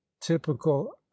typical